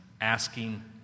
asking